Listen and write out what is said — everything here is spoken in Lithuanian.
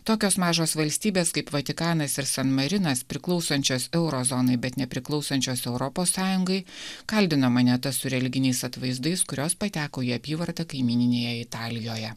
tokios mažos valstybės kaip vatikanas ir san marinas priklausančios euro zonai bet nepriklausančios europos sąjungai kaldina monetas su religiniais atvaizdais kurios pateko į apyvartą kaimyninėje italijoje